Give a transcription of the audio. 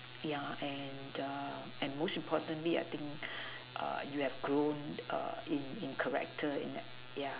ya and err and most importantly I think err you have grown err in in character in that ya